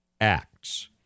acts